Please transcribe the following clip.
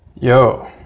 Yo